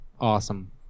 Awesome